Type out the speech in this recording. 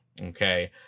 okay